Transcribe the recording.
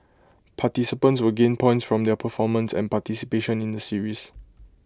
participants will gain points from their performance and participation in the series